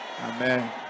Amen